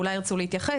אולי הם ירצו להתייחס.